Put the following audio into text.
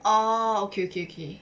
oh okay okay okay